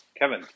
Kevin